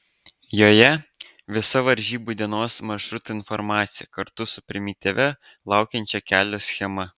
joje visa varžybų dienos maršruto informacija kartu su primityvia laukiančio kelio schema